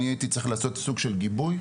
אני הייתי צריך לעשות סוג של גיבוי.